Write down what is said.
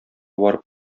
барып